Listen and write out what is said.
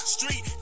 Street